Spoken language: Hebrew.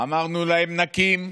אמרנו להן: נקים,